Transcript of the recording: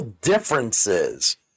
differences